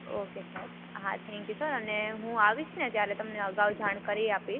okay સાહેબ હાં thank you sir અને હું આવીશ ને ત્યારે તમને અગાઉ જાણ કરી આપીશ